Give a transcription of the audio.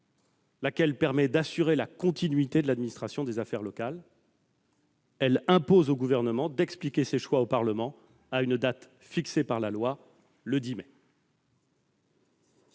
afin d'assurer la continuité de l'administration des affaires locales. Elle impose au Gouvernement d'expliquer ses choix au Parlement à une date fixée par le projet de loi